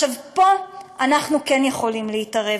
פה אנחנו כן יכולים להתערב.